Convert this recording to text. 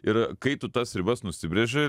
ir kai tu tas ribas nusibrėži